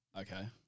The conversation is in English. Okay